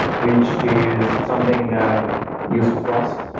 which is something that useful for us.